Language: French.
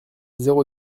zéro